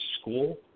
School